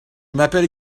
m’appelle